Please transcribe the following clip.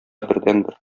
бердәнбер